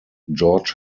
george